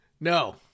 No